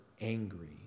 angry